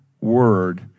word